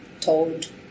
told